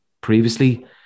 previously